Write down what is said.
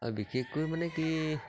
আৰু বিশেষকৈ মানে কি